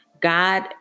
God